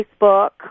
Facebook